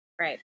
Right